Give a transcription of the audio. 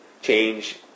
change